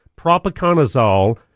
Propiconazole